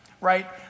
right